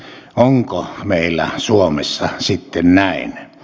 onko meillä suomessa sitten näin